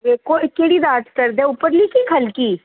केह्ड़ी दाड़ च दर्द ऐ उप्परली कि ख'लकी